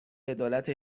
عدالت